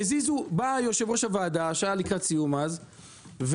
בא יושב-ראש הוועדה שהיה לקראת סיום אז,